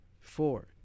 Four